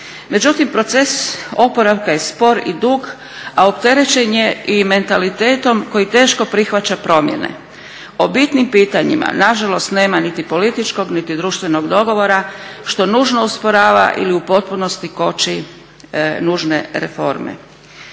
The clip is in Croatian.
Međutim proces oporavka je spor i dug, a opterećen je i mentalitetom koji teško prihvaća promjene. O bitnim pitanjima nažalost nema niti političkog niti društvenog dogovora što nužno usporava ili u potpunosti koči nužne reforme.